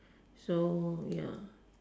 so ya